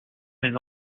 mes